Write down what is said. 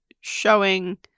showing